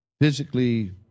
physically